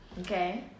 Okay